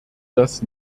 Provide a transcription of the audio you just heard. das